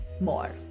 more